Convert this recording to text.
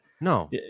No